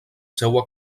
seua